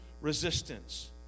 resistance